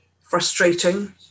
frustrating